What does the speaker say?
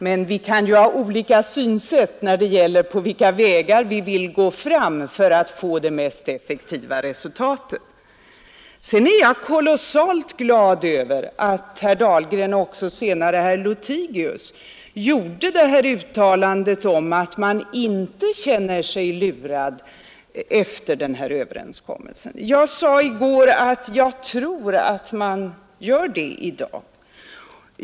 Men vi kan ju ha olika synsätt när det gäller på vilka vägar vi vill gå fram för att få det mest effektiva resultatet. Jag är kolossalt glad att herr Dahlgren och senare också herr Lothigius gjorde detta uttalande om att man inte känner sig lurad efter den här överenskommelsen. Jag sade i går endast att jag tror att man gör det i dag.